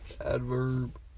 Adverb